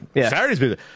Saturday's